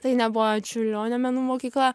tai nebuvo čiurlionio menų mokykla